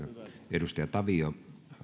edustaja tavio